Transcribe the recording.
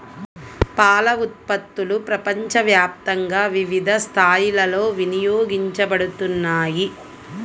పాల ఉత్పత్తులు ప్రపంచవ్యాప్తంగా వివిధ స్థాయిలలో వినియోగించబడుతున్నాయి